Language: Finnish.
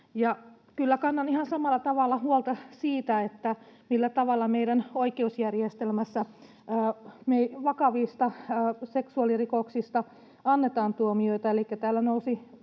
tavalla huolta siitä, millä tavalla meidän oikeusjärjestelmässä vakavista seksuaalirikoksista annetaan tuomioita.